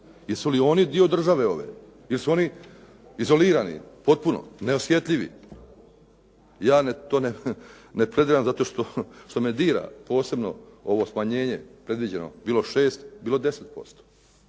Jesu li oni dio države ove? Jesu li oni izolirani potpuno? Neosjetljivi? Ja to ne plediram zato što me dira posebno ovo smanjenje predviđeno, bilo 6, bilo 10%.